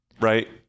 right